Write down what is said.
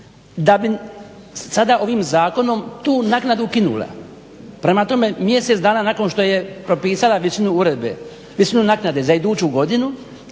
da bi sada ovim zakonom tu naknadu ukinula. Prema tome mjesec dana nakon što je propisala visinu naknade za iduću godinu